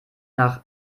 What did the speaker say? nach